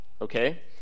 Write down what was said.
okay